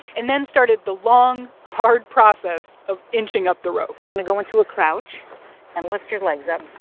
and then started the long, hard process of inching up the rope. you're going to go into a crouch and lift your legs up.